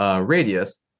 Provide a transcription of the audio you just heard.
Radius